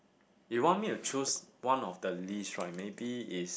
you want me to choose one of the least right maybe is